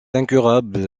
incurable